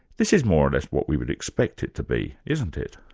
this is more or less what we would expect it to be, isn't it?